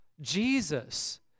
Jesus